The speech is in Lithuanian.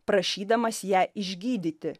prašydamas ją išgydyti